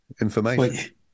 information